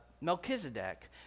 Melchizedek